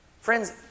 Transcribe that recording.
Friends